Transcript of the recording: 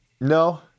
No